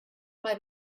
mae